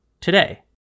today